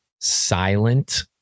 silent